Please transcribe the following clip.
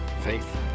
Faith